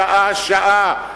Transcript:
שעה-שעה,